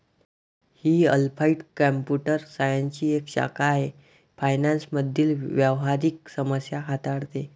ही applied computer सायन्सची एक शाखा आहे फायनान्स मधील व्यावहारिक समस्या हाताळते